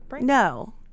no